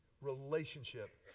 Relationship